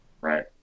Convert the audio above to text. Right